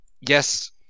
yes